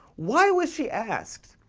why was she asked?